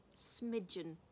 smidgen